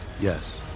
Yes